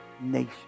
nation